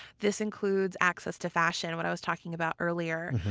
this includes access to fashion and what i was talking about earlier.